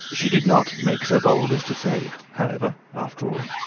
she did not make so bold as to say, however, after all.